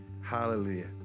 Hallelujah